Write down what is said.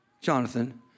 Jonathan